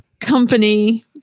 company